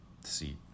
seat